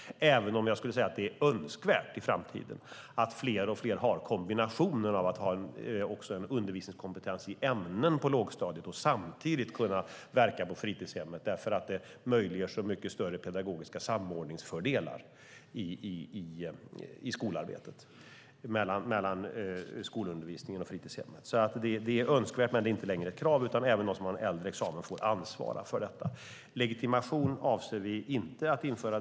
Jag skulle dock säga att det i framtiden är önskvärt att allt fler har undervisningskompetens i ämnen på lågstadiet i kombination med att de samtidigt kan verka på fritidshemmet, därför att det möjliggör så mycket större pedagogiska samordningsfördelar i arbetet mellan skolundervisningen och fritidshemmet. Det är önskvärt men det är inte längre ett krav, utan även de som har en äldre examen får ansvara för detta. Legitimation avser vi inte att införa.